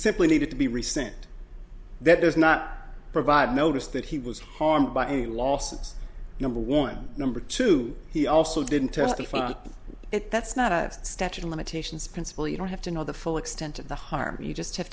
simply needed to be rescinded that does not provide notice that he was harmed by any losses number one number two he also didn't testify on it that's not a statute of limitations principle you don't have to know the full extent of the harm you just have